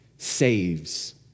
saves